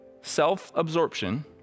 Self-absorption